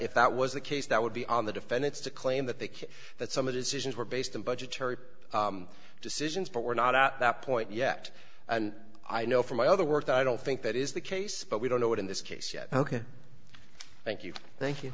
if that was the case that would be on the defendants to claim that the case that some of decisions were based on budgetary decisions but we're not at that point yet and i know from my other work i don't think that is the case but we don't know it in this case yet ok thank you thank you